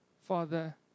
Father